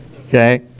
Okay